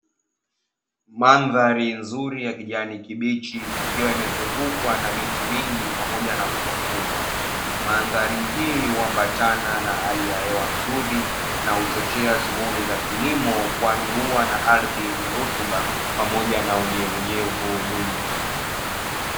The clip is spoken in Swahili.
Mandhari nzuri ya kijani kibichi, ikiwa imezungukwa na miti mingi pamoja na mto mkubwa. Mandhari hii uambatana hali ya hewa nzuri na uchochea shughuli za kilimo. Kwani huwa na ardhi yenye rutuba pamoja na unyevu unyevu mwingi.